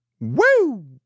Woo